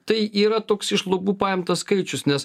tai yra toks iš lubų paimtas skaičius nes